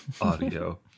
audio